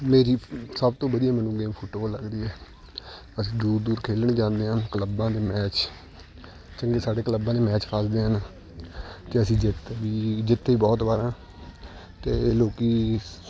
ਮੇਰੀ ਸਭ ਤੋਂ ਵਧੀਆ ਮੈਨੂੰ ਗੇਮ ਫੁੱਟਬੋਲ ਲੱਗਦੀ ਹੈ ਅਸੀਂ ਦੂਰ ਦੂਰ ਖੇਡਣ ਜਾਂਦੇ ਹਾਂ ਕਲੱਬਾਂ ਦੇ ਮੈਚ ਜਿੰਨੇ ਸਾਡੇ ਕਲੱਬਾਂ ਦੇ ਮੈਚ ਫਾਲਦੇ ਹਨ ਅਤੇ ਅਸੀਂ ਜਿੱਤ ਵੀ ਜਿੱਤੇ ਵੀ ਬਹੁਤ ਵਾਰ ਹਾਂ ਅਤੇ ਲੋਕ